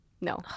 No